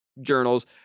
journals